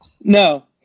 no